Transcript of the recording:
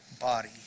body